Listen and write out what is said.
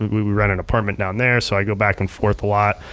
we we rent an apartment down there, so i go back and forth a lot,